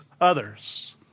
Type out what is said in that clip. others